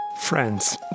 Friends